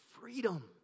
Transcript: freedom